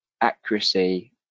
accuracy